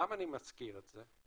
למה אני מזכיר את זה?